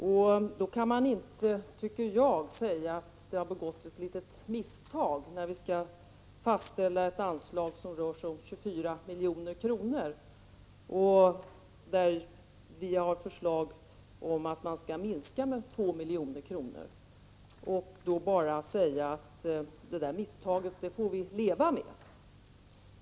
Man kan enligt min mening inte säga att det har begåtts ett litet misstag när vi skall fastställa ett anslag som rör sig om 24 milj.kr. och där vi har ett förslag om en minskning med 2 milj.kr. Man kan inte bara säga att det misstaget får vi leva med.